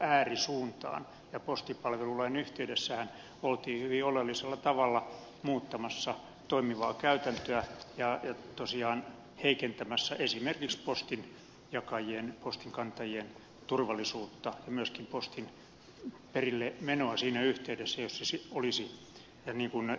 postipalvelulain yhteydessähän oltiin hyvin oleellisella tavalla muuttamassa toimivaa käytäntöä ja tosiaan heikentämässä esimerkiksi postinjakajien postinkantajien turvallisuutta ja myöskin postin perillemenoa siinä yhteydessä kun ed